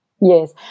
Yes